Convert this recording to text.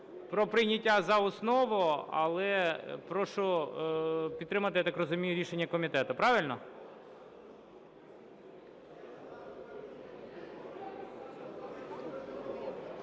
про прийняття за основу. Але прошу підтримати, я так розумію, рішення комітету, правильно?